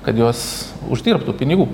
kad jos uždirbtų pinigų